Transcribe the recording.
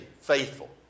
faithful